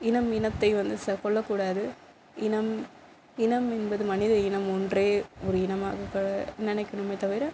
இனம் இனத்தை வந்து கொல்லக்கூடாது இனம் இனம் என்பது மனித இனம் ஒன்றே ஒரு இனமாக நினைக்கணுமே தவிர